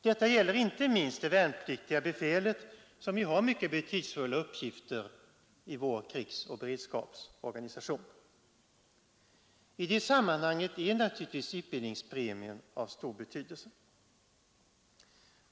Detta gäller inte minst det värnpliktiga befälet, som ju har mycket betydelsefulla uppgifter i vår krigsoch beredskapsorganisation. I det sammanhanget är naturligtvis utbildningspremien av stor betydelse.